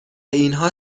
اینها